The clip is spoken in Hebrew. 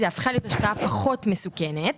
זה הפכה להיות השקעה פחות מסוכנת,